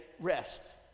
rest